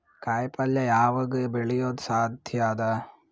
ಕಾಯಿಪಲ್ಯ ಯಾವಗ್ ಬೆಳಿಯೋದು ಸಾಧ್ಯ ಅದ?